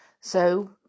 So